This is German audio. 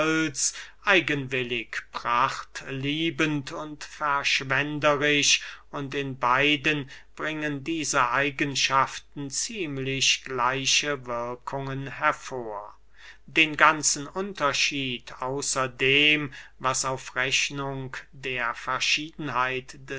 eigenwillig prachtliebend und verschwenderisch und in beiden bringen diese eigenschaften ziemlich gleiche wirkungen hervor den ganzen unterschied außer dem was auf rechnung der verschiedenheit des